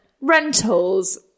rentals